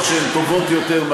מה